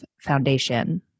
Foundation